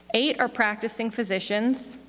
eight are practicing physicians,